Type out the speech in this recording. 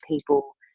people